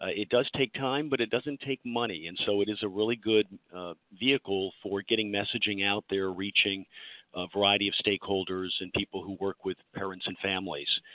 ah it does take time, but it doesn't take money. and so it is a really good vehicle for getting messaging out there, reaching a variety of stakeholders and people who work with parents and families.